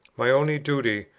my only duty,